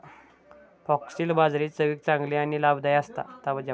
foxtail बाजरी चवीक चांगली आणि लाभदायी असता